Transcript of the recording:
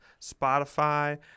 Spotify